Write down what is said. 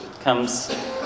comes